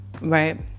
right